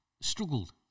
struggled